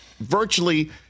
virtually